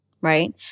right